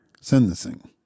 sentencing